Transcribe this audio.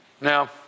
Now